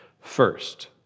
first